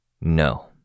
No